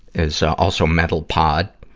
is also mentalpod.